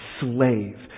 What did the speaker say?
slave